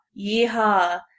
Yeehaw